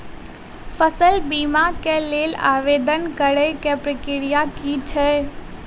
फसल बीमा केँ लेल आवेदन करै केँ प्रक्रिया की छै?